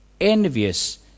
envious